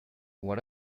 what